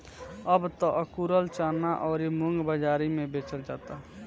अब त अकुरल चना अउरी मुंग बाजारी में बेचल जाता